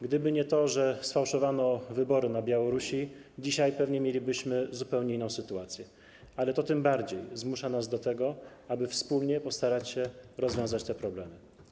Gdyby nie to, że sfałszowano wybory na Białorusi, dzisiaj pewnie mielibyśmy zupełnie inną sytuację, ale to tym bardziej zmusza nas do tego, aby wspólnie postarać się rozwiązać te problemy.